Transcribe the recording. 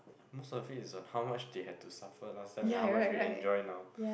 most of it is on how much they had to suffer last time and how much we enjoy now